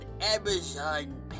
Amazon